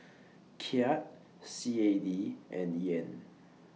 Kyat C A D and Yen